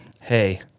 hey